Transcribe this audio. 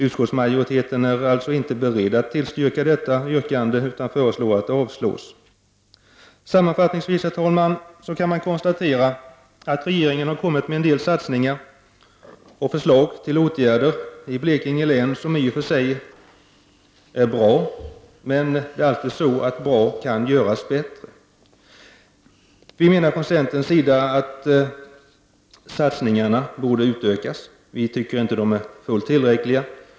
Utskottsmajoriteten är inte beredd att tillstyrka detta yrkande utan föreslår att det avslås. Sammanfattningsvis, herr talman, kan man konstatera att regeringen har kommit med en del satsningar och förslag till åtgärder i Blekinge län som i och för sig är bra. Men bra kan alltid göras bättre. Vi menar från centerns sida att satsningarna borde utökas. Vi tycker inte att de är fullt tillräckliga.